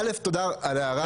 תודה על ההערה.